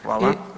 Hvala.